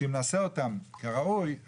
שאם נעשה אותן כראוי,